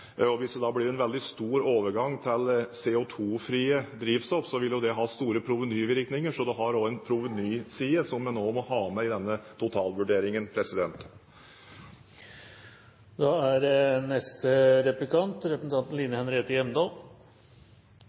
CO2-utslipp. Hvis det da blir en veldig stor overgang til CO2-frie drivstoff, vil jo det ha store provenyvirkninger. Så det er også en provenyside som en også må ha med i denne totalvurderingen. Jeg er